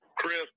Chris